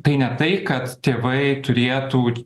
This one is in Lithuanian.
tai ne tai kad tėvai turėtų